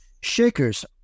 Shakers